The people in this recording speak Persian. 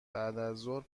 بعدازظهر